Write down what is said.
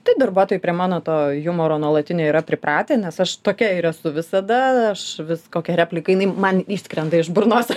tai darbuotojų prie mano to jumoro nuolatiniai yra pripratę nes aš tokia ir esu visada aš vis kokią repliką jinai man išskrenda iš burnos